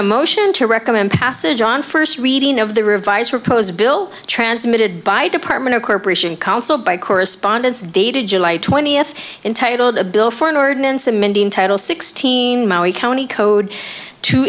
a motion to recommend passage on first reading of the revised proposed bill transmitted by department of corporation council by correspondence dated july twentieth entitle the bill for an ordinance amending title sixteen maui county code to